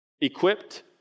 Equipped